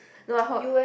no ah her